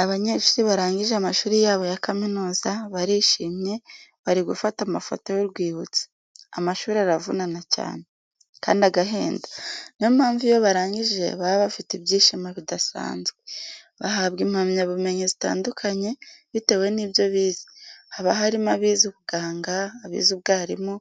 Abanyeshuri barangije amashuri yabo ya kaminuza, barishimye, bari gufata amafoto y'urwibutso. Amashuri aravunana cyane kandi agahenda niyo mpamvu iyo barangije baba bafite ibyishimo bidasanzwe. Bahabwa impamya bumenyi zitandukanye bitewe n'ibyo bize, haba harimo abize ubuganga, abize ubwarimu,